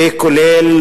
וכולל,